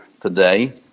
today